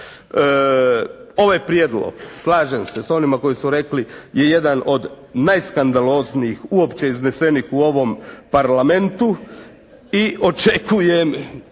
Ovaj prijedlog, slažem se s onima koji su rekli je jedan od najskandaloznijih uopće iznesenih u ovom Parlamentu i očekujem,